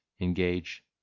engage